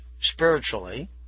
spiritually